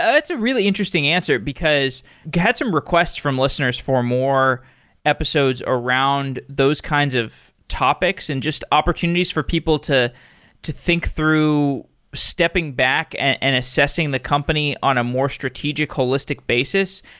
that's a really interesting answer, because i had some request from listeners for more episodes around those kinds of topics and just opportunities for people to to think through stepping back and assessing the company on a more strategic, holistic basis.